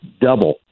double